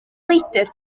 leidr